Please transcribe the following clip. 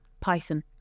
Python